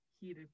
heated